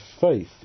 faith